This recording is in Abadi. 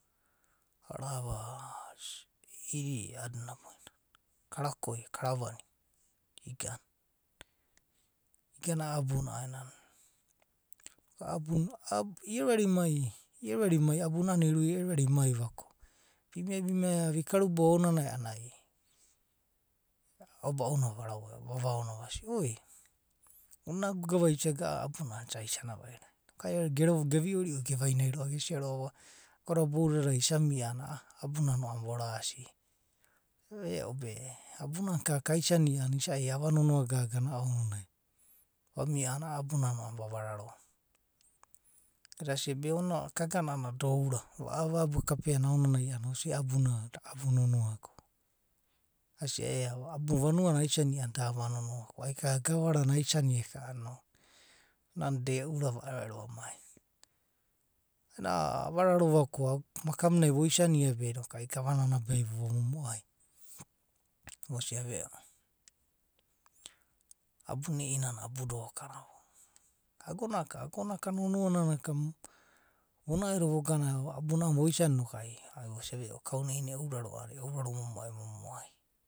Arava eidi a’adina. karakoi, kara vam igana, igana a’a abuna, a’abuna igana. iero vairo imai, lerovairo imai a’a abuna iruia leroviro imai ko vi mia vi karubou aonanai a’anana aoboa una varaiuaina. oi onina ago gavai isa ero a’a abuna is a isania vairo. Geviorid roeva. gavai nai roa’va. gesia roa; va. ago’da bouda da isa mia a’anana a’a abunano vorasia. asia veo be abuna a’anana kagana kaisania a’anana ava nonoa gaga. vamia a’anana a’a abunano vera sia. Eda sia, be kagana a’anana onina a’a abuna da ava nonoa. asia ea, vanua na a’nana da ava nanoa ko gavana na aisa nia a’anana de eu ura v aero vairo vamai. I’inana avararo vva ko sibomu vogana maka munai vosia. a’anana viva momoai. vosia, abuna i’inana abu dokana. ago naka nonoa vo naedo vogana abuna a’anana voisana noku voisa kauni’inana e’euraro momoai voka.